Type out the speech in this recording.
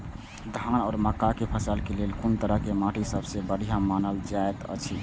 धान आ मक्का के फसल के लेल कुन तरह के माटी सबसे बढ़िया मानल जाऐत अछि?